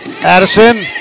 Addison